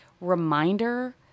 reminder